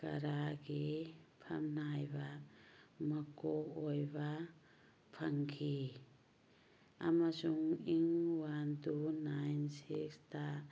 ꯀꯔꯥꯒꯤ ꯐꯝꯅꯥꯏꯕ ꯃꯀꯣꯛ ꯑꯣꯏꯕ ꯐꯪꯈꯤ ꯑꯃꯁꯨꯡ ꯏꯪ ꯋꯥꯟ ꯇꯨ ꯅꯥꯏꯟ ꯁꯤꯛꯁꯇ